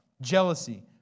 jealousy